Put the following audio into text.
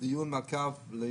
דיון מעקב.